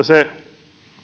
se